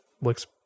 looks